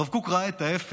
הרב קוק ראה את ההפך.